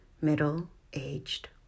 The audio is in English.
middle-aged